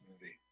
movie